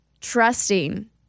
trusting